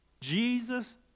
Jesus